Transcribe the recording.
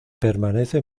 permanece